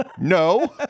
No